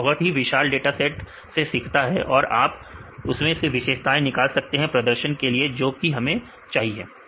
तो यह बहुत ही विशाल डाटा सेट से सीखता है और आप उसमें से विशेषताएं निकाल सकते हैं प्रदर्शन के लिए जो कि हमें चाहिए